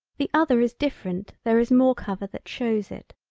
the other is different there is more cover that shows it.